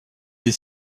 des